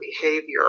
behavior